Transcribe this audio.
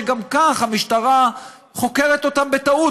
שגם כך המשטרה חוקרת אותם בטעות,